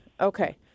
Okay